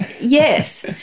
Yes